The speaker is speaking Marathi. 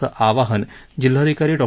असं आवाहन जिल्हाधिकारी डॉ